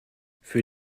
für